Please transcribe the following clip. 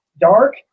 dark